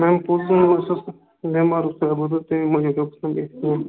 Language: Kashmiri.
تمےَ موٗجوٗب اوسُس نہٕ بہٕ بیٚمار اوسُس تُہۍ بوٗزِو تُہۍ